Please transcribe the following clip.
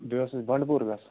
بیٚیہِ اوس اَسہِ بَنڈٕپوٗر گَژھُن